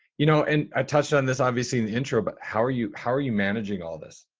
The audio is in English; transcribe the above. you know, and i touched on this obviously in the intro, but how are you, how are you managing all of this?